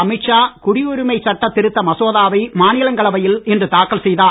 அமித் ஷா குடியுரிமை சட்ட திருத்த மசோதாவை மாநிலங்களவையில் இன்று தாக்கல் செய்தார்